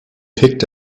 picked